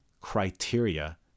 criteria